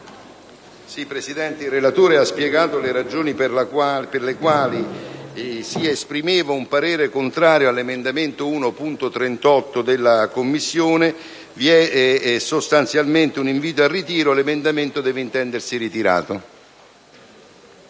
il relatore ha spiegato le ragioni per le quali ha espresso un parere contrario all'emendamento 1.38 della Commissione. Vi è sostanzialmente un invito al ritiro. L'emendamento deve, quindi, intendersi ritirato.